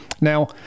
Now